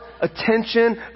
attention